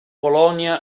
polonia